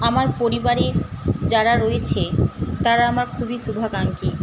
আমার পরিবারে যারা রয়েছে তারা আমার খুবই শুভাকাঙ্ক্ষী